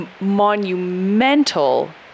monumental